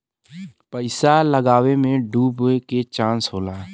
पइसा लगावे मे डूबे के चांस होला